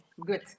good